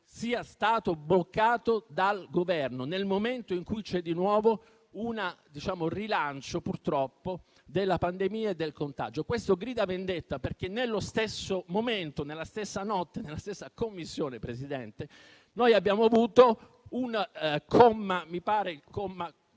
siano stati bloccati dal Governo, nel momento in cui purtroppo c'è di nuovo un rilancio della pandemia e del contagio. Questo grida vendetta perché nello stesso momento, nella stessa notte, nella stessa Commissione, abbiamo avuto un comma - mi pare il quinto